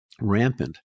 rampant